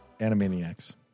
Animaniacs